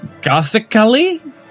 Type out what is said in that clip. gothically